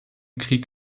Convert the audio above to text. krieg